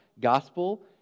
Gospel